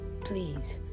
please